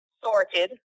sorted